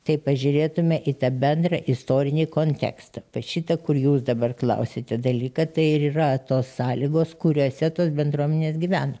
tai pažiūrėtume į tą bendrą istorinį kontekstą vat šitą kur jūs dabar klausiate dalyką tai ir yra tos sąlygos kuriose tos bendruomenės gyveno